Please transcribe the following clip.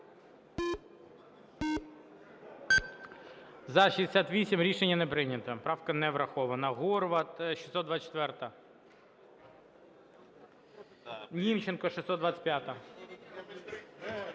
За-68 Рішення не прийнято. Правка не врахована. Горват, 624-а. Німченко, 625-а.